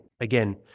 again